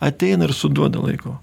ateina ir suduoda laiko